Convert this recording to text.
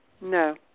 No